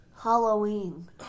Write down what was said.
Halloween